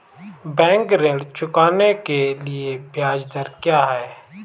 Bank ऋण चुकाने के लिए ब्याज दर क्या है?